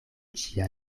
ŝia